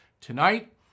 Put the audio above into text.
tonight